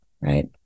right